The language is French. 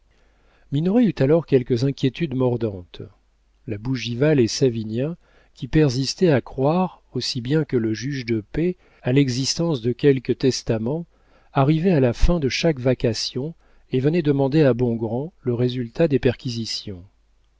eut alors quelques inquiétudes mordantes la bougival et savinien qui persistaient à croire aussi bien que le juge de paix à l'existence de quelque testament arrivaient à la fin de chaque vacation et venaient demander à bongrand le résultat des perquisitions